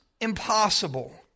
impossible